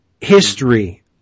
history